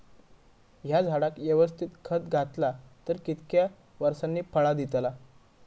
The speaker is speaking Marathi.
हया झाडाक यवस्तित खत घातला तर कितक्या वरसांनी फळा दीताला?